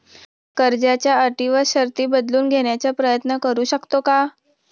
कर्जाच्या अटी व शर्ती बदलून घेण्याचा प्रयत्न करू शकतो का?